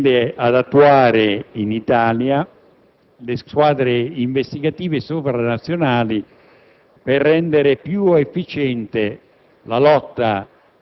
tende ad attuare in Italia le squadre investigative sovranazionali per rendere più efficiente